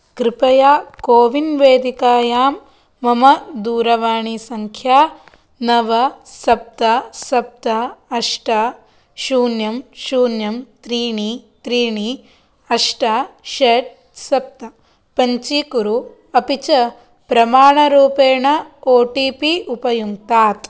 कृपया कोविन् वेदिकायां मम दूरवाणीसङ्ख्या नव सप्त सप्त अष्ट शून्यं शून्यं त्रीणि त्रीणि अष्ट षट् सप्त पञ्जीकुरु अपि च प्रमाणरूपेण ओ टि पि उपयुङ्क्तात्